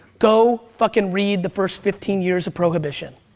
go fucking read the first fifteen years of prohibition.